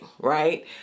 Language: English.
right